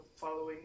following